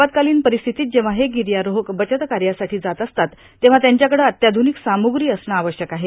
आपत्कालीन परिस्थितीत जेव्हा हे गिर्यारोहक बचतकार्यासाठी जात असतात तेव्हा त्यांच्याकडं अत्याधुनिक सामुग्री असणं आवश्यक आहे